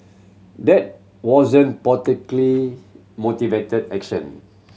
that wasn't motivated action